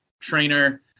trainer